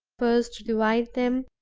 first to divide them,